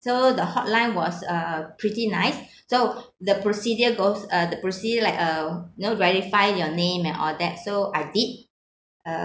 so the hotline was uh pretty nice so the procedure goes uh the procedure like uh you know verify your name and all that so I did uh